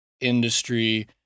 industry